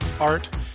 art